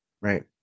right